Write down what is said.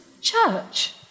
church